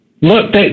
Look